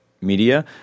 media